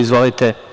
Izvolite.